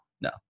no